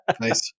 Nice